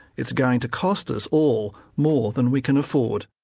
it's going to cost us all more than we can afford.